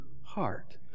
heart